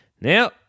Now